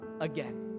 again